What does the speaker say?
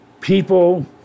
People